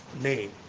name